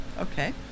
Okay